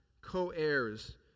co-heirs